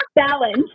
Balance